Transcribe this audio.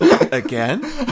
again